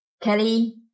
Kelly